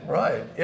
right